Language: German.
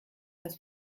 das